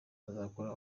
azakora